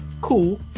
Cool